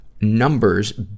numbers